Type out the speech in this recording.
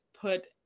put